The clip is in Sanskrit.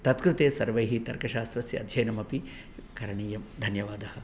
तत्कृते सर्वैः तर्कशास्त्रस्य अध्ययनमपि करणीयं धन्यवादः